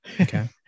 okay